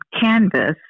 canvas